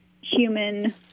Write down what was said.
human